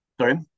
Sorry